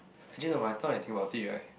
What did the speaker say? actually no when I thought I think about it right